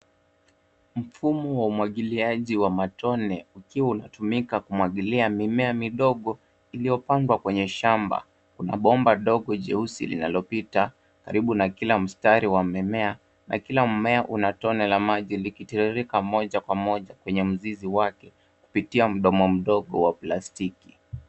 Mfumo wa umwagiliaji wa matone, ukiwa unatumika kumwagilia mimea midogo iliyopandwa kwenye shamba. Kuna bomba ndogo jeusi linalopita karibu na kila mstari wa mimea, na kila mmea una tone la maji likitirirka moja kwa moja kwenye mzizi wake, kupitia mdomo mdogo wa plastiki.